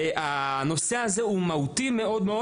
הנושא הזה מהותי מאוד,